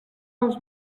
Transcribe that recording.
els